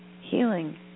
healing